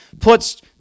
puts